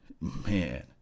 man